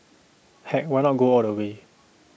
heck why not go all the way